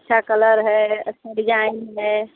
अच्छा कलर है अच्छा डिजाइन है